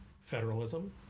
federalism